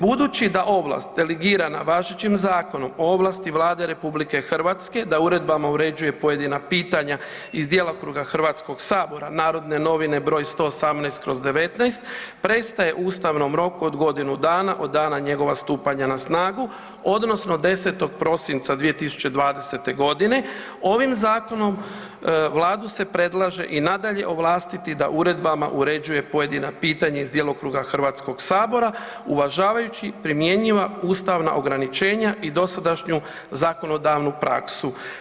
Budući da ovlast delegirana važećim Zakonom o ovlasti Vlade RH da uredbama uređuje pojedina pitanja iz djelokruga Hrvatskog sabora, Narodne novine broj 118/19 prestaje ustavnom roku od godinu dana od dana njegova stupanja na snagu odnosno 10. prosinca 2020. godine ovim zakonom Vladu se predlaže i nadalje ovlastiti da uredbama uređuje pojedina pitanja iz djelokruga Hrvatskog sabora uvažavajući primjenjiva ustavna ograničenja i dosadašnju zakonodavnu praksu.